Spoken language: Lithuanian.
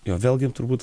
jo vėlgi turbūt